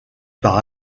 par